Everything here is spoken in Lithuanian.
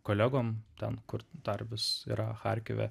kolegom ten kur dar vis yra charkive